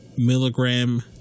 milligram